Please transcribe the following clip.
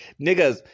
niggas